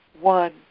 one